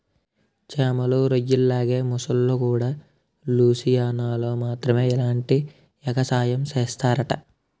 చేమలు, రొయ్యల్లాగే మొసల్లుకూడా లూసియానాలో మాత్రమే ఇలాంటి ఎగసాయం సేస్తరట